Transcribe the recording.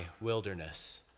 wilderness